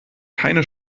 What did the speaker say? keine